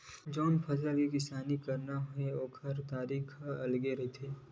जउन फसल के किसानी करना हे ओखर तरीका ह अलगे रहिथे